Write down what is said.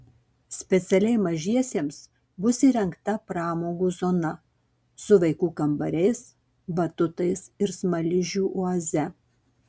specialiai mažiesiems bus įrengta pramogų zona su vaikų kambariais batutais ir smaližių oaze